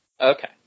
Okay